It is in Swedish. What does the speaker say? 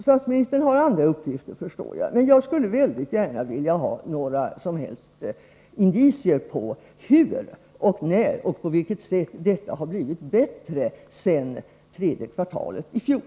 Statsministern har andra uppgifter, förstår jag. Jag skulle mycket gärna vilja ha några indicier på hur och när situationen för miskitoindianerna har blivit bättre sedan det tredje kvartalet i fjol.